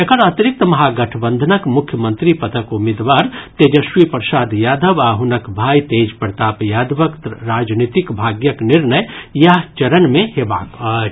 एकर अतिरिक्त महागठबंधनक मुख्यमंत्री पदक उम्मीदवार तेजस्वी प्रसाद यादव आ हुनक भाई तेज प्रताप यादवक राजनीतिक भाग्यक निर्णय इएह चरण मे हेबाक अछि